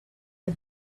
the